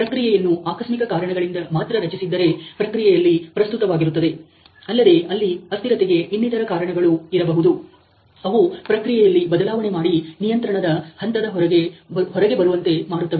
ಪ್ರಕ್ರಿಯೆಯನ್ನು ಆಕಸ್ಮಿಕ ಕಾರಣಗಳಿಂದ ಮಾತ್ರ ರಚಿಸಿದ್ದರೆ ಪ್ರಕ್ರಿಯೆಯಲ್ಲಿ ಪ್ರಸ್ತುತ ವಾಗಿರುತ್ತದೆ ಅಲ್ಲದೆ ಅಲ್ಲಿ ಅಸ್ಥಿರತೆಗೆ ಇನ್ನಿತರ ಕಾರಣಗಳು ಇರಬಹುದು ಅವು ಪ್ರಕ್ರಿಯೆಯಲ್ಲಿ ಬದಲಾವಣೆ ಮಾಡಿ ನಿಯಂತ್ರಣದ ಹಂತದ ಹೊರಗೆ ಬರುವಂತೆ ಮಾಡುತ್ತವೆ